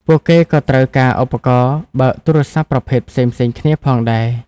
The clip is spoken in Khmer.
ពួកគេក៏ត្រូវការឧបករណ៍បើកទូរសព្ទប្រភេទផ្សេងៗគ្នាផងដែរ។